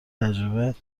تجربه